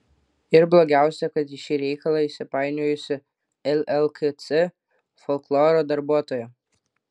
ir blogiausia kad į šį reikalą įsipainiojusi llkc folkloro darbuotoja